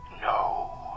No